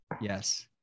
Yes